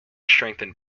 strengthened